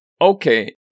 Okay